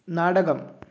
നാടകം